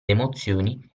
emozioni